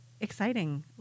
exciting